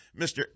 Mr